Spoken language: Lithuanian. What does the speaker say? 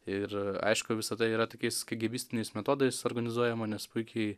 ir aišku visada yra tokiais kėgėbistiniais metodais organizuojama nes puikiai